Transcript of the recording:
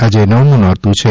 આજે નવમું નોરતું છે